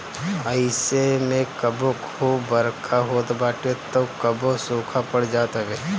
अइसे में कबो खूब बरखा होत बाटे तअ कबो सुखा पड़ जात हवे